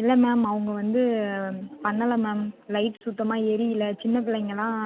இல்லை மேம் அவங்க வந்து பண்ணலை மேம் லைட் சுத்தமாக எரியலை சின்னப்பிள்ளைங்களாம்